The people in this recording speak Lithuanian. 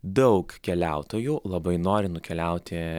daug keliautojų labai nori nukeliauti